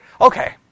Okay